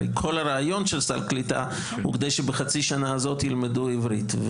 כל הרעיון של סל קליטה הוא כדי שבחצי השנה הזו ילמדו עברית.